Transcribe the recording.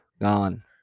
Gone